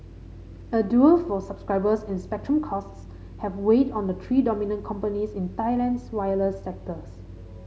a duel for subscribers and spectrum costs have weighed on the three dominant companies in Thailand's wireless sectors